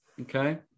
Okay